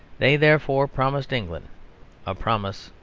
they therefore promised england a promise,